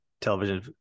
television